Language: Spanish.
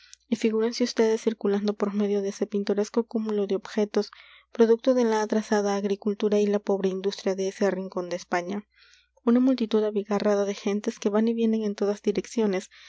y figúrense ustedes circulando por medio de ese pintoresco cúmulo de objetos producto de la atrasada agricultura y la pobre industria de este rincón de españa una multitud abigarrada de gentes que van y vienen en todas direcciones